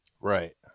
Right